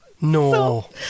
No